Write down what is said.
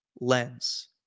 lens